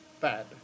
bad